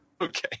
Okay